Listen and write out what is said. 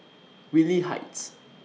Whitley Heights